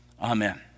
Amen